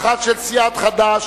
האחת של סיעת חד"ש,